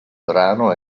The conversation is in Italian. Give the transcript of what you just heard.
brano